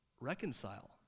reconcile